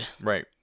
right